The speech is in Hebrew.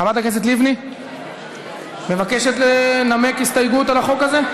חברת הכנסת לבני מבקשת לנמק הסתייגות על החוק הזה?